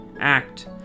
Act